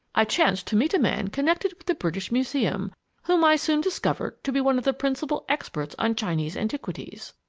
i chanced to meet a man connected with the british museum whom i soon discovered to be one of the principal experts on chinese antiquities.